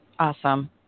Awesome